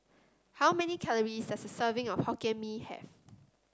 how many calories does a serving of Hokkien Mee have